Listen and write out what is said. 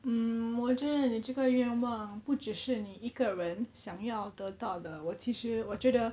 mm 我觉得你这愿望不只是你一个人想要得到的我其实我觉得